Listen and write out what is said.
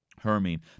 Hermine